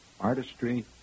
artistry